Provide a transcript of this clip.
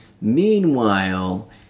Meanwhile